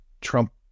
Trump-